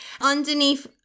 Underneath